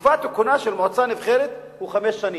ותקופת כהונה של מועצה נבחרת היא חמש שנים.